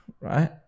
right